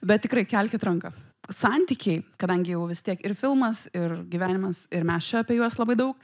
bet tikrai kelkit ranką santykiai kadangi jau vis tiek ir filmas ir gyvenimas ir mes čia apie juos labai daug